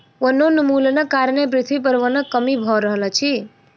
वनोन्मूलनक कारणें पृथ्वी पर वनक कमी भअ रहल अछि